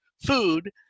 food